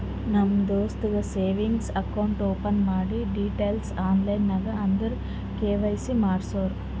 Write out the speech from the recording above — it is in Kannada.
ನಮ್ ದೋಸ್ತಗ್ ಸೇವಿಂಗ್ಸ್ ಅಕೌಂಟ್ ಓಪನ್ ಮಾಡಿ ಡೀಟೈಲ್ಸ್ ಆನ್ಲೈನ್ ನಾಗ್ ಅಂದುರ್ ಕೆ.ವೈ.ಸಿ ಮಾಡ್ಸುರು